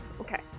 okay